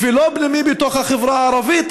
לא פנימי בתוך החברה הערבית,